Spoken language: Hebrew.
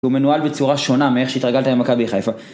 הוא מנוהל בצורה שונה מאיך שהתרגלת במכבי חיפה.